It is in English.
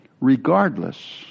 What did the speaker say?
regardless